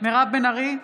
מירב בן ארי,